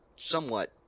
somewhat